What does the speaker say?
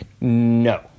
no